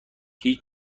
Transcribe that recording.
هیچ